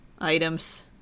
items